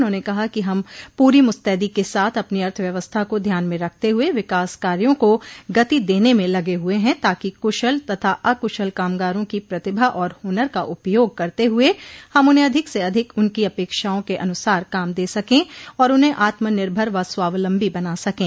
उन्होने कहा कि हम प्री मुस्तैदी के साथ अपनी अर्थव्यवस्था को ध्यान में रखते हुये विकास कार्यों को गति दने में लगे हुये हैं ताकि कुशल तथा अक्शल कामगारों की प्रतिभा और हुनर का उपयोग करते हुये हम उन्हे अधिक से अधिक उनकी अपेक्षाओं के अनुसार काम दे सकें और उन्हे आत्मनिर्भर व स्वावलम्बी बना सकें